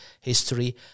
history